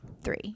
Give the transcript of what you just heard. three